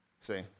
See